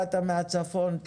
באת מהצפון,